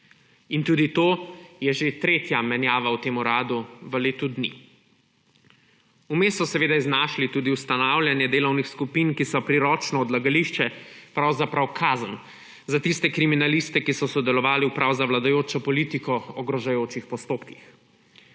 In tudi to je že tretja menjava v tem uradu v letu dni. Vmes so seveda iznašli tudi ustanavljanje delovnih skupin, ki so priročno odlagališče, pravzaprav kazen, za tiste kriminaliste, ki so sodelovali v prav za vladajočo politiko ogrožajočih postopkih.